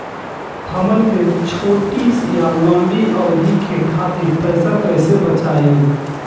हमन के छोटी या लंबी अवधि के खातिर पैसा कैसे बचाइब?